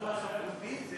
ניתוח ספרותי?